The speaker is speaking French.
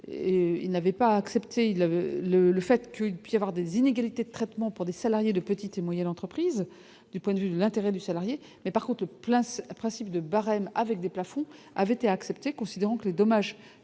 il avait le, le fait que, depuis, avoir des inégalités de traitement pour les salariés de petites et moyennes entreprises, du point de vue l'intérêt du salarié, mais par contre plein principe de barème avec des plafonds avaient été acceptée, considérant que les dommages